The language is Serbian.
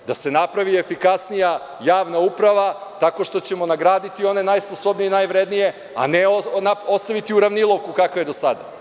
Treba da se napravi efikasnija javna uprava tako što ćemo nagraditi one najsposobnije i najvrednije, a ne ostaviti uravnilovku kakva je do sada.